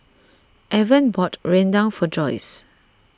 Evan bought Rendang for Joyce